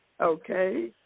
Okay